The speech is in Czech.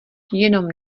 jenom